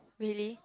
really